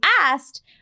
asked